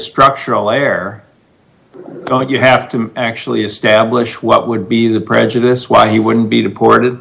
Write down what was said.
structural air no you have to actually establish what would be the prejudice why he wouldn't be deported